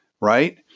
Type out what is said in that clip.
right